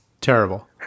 terrible